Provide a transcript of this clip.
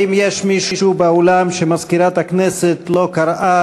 האם יש מישהו באולם שמזכירת הכנסת לא קראה